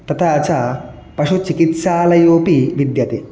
तथा च पशुचिकित्सालयोपि विद्यते